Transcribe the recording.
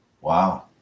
Wow